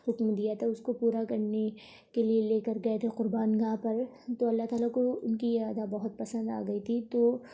حکم دیا تھا اس کو پورا کرنے کے لیے لے کر گئے تھے قربان گاہ پر تو اللہ تعالیٰ کو ان کی یہ ادا بہت پسند آ گئی تھی تو